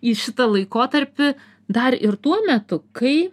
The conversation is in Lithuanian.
į šitą laikotarpį dar ir tuo metu kai